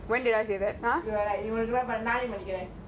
உன்னக்குளம் நாணெய் பணிகிறேன்:unnakulam naanaey panikiran